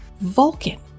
Vulcan